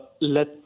let